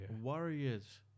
Warriors